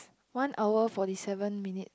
one hour forty seven minute